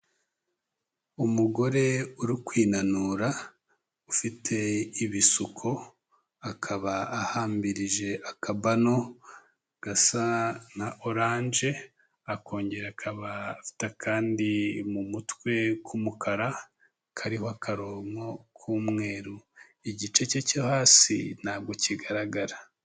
Umugore uri kwinanura ufite ibisuko, akaba ahambirije akabano gasa na oranje, akongera akaba afite akandi mu mutwe k'umukara kariho akaronko k'umweru, igice cye cyo hasi ntabwo kigaragara.